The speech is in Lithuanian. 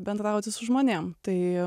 bendrauti su žmonėm tai